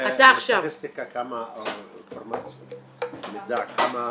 יש לך סטטיסטיקה או מידע כמה